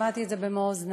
שמעתי את זה במו-אוזני.